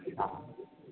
ആ